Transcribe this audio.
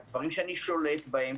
הדברים שאני שולט בהם,